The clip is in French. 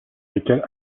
lesquels